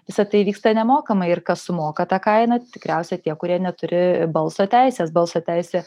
visa tai vyksta nemokamai ir kas sumoka tą kainą tikriausia tie kurie neturi balso teisės balso teisė